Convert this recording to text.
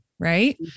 Right